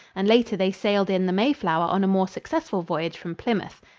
and later they sailed in the mayflower on a more successful voyage from plymouth.